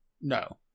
no